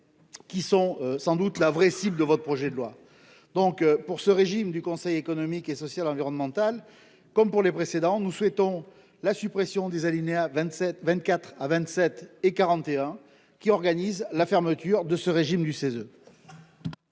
Qui sont sans doute la vraie cible de votre projet de loi donc pour ce régime du Conseil économique et social environnemental comme pour les précédents, nous souhaitons la suppression des alinéas 27 24 à 27 et 41 qui organise la fermeture de ce régime du CESE.